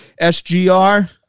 SGR